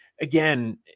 again